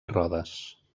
rodes